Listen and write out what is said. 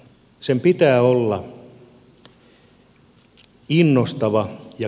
sen pitää olla innostava ja kehittyvä